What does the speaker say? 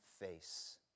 face